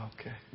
okay